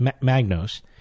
Magnus